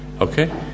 Okay